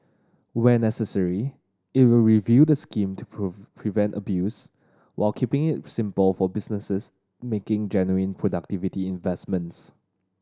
where necessary it will review the scheme to prevent abuse while keeping it simple for businesses making genuine productivity investments